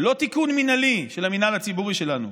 לא תיקון מינהלי של המינהל הציבורי שלנו.